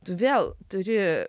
tu vėl turi